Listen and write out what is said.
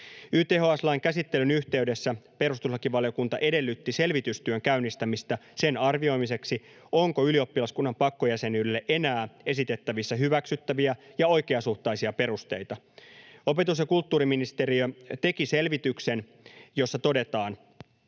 YTHS-lain käsittelyn yhteydessä perustuslakivaliokunta edellytti selvitystyön käynnistämistä sen arvioimiseksi, onko ylioppilaskunnan pakkojäsenyydelle enää esitettävissä hyväksyttäviä ja oikeasuhtaisia perusteita. Opetus‑ ja kulttuuriministeriö teki selvityksen, jossa todetaan: